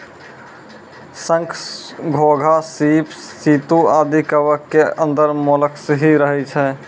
शंख, घोंघा, सीप, सित्तू आदि कवच के अंदर मोलस्क ही रहै छै